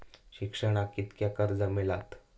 शिक्षणाक कीतक्या कर्ज मिलात?